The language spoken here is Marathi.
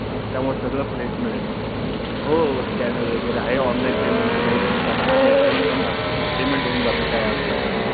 हां त्यामुळं सगळं फ्रेश मिळेल हो हो स्कॅनर वगैरे आहे ऑनलाईन पेमेंटची काही चिंता नाही नेटवर्क पण असतो पेमेंट होऊन जातं काय अडचण नाही